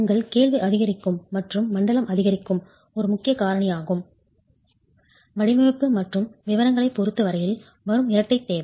உங்கள் கேள்வி அதிகரிக்கும் மற்றும் மண்டலம் அதிகரிக்கும் ஒரு முக்கிய காரணியாகும் வடிவமைப்பு மற்றும் விவரங்களைப் பொறுத்த வரையில் வரும் இரட்டைத் தேவை